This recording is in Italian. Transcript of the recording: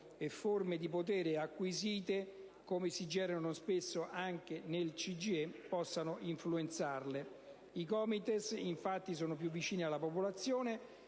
e forme di potere acquisite, come si generano spesso anche nel CGIE, possano influenzarle. I COMITES, infatti, sono più vicini alla popolazione,